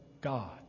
God